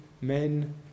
men